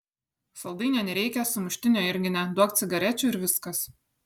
saldainio nereikia sumuštinio irgi ne duok cigarečių ir viskas